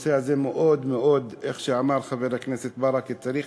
הנושא הזה, כמו שאמר חבר הכנסת ברכה, צריך